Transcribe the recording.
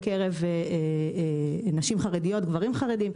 בקרב נשים חרדיות וגברים חרדיים.